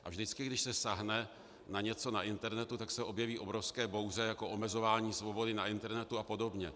A vždycky, když se sáhne na něco na internetu, tak se objeví obrovské bouře, jako omezování svobody na internetu a podobně.